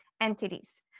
entities